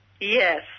Yes